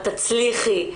את תצליחי.